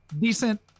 decent